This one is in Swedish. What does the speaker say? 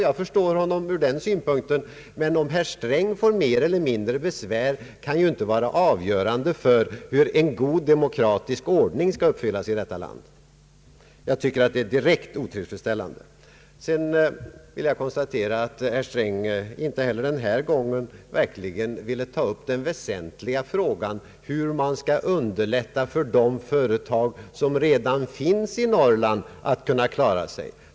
Jag förstår honom ur den synpunkten, men om herr Sträng får mer eller mindre besvär kan ju inte få vara avgörande för hur en god demokratisk ordning skall uppfyllas i detta land. Jag tycker att det är direkt otillfredsställande. Sedan vill jag konstatera att herr Sträng inte heller den här gången verkligen ville ta upp den väsentliga frågan hur man skall underlätta för de företag som redan finns i Norrland att klara sig.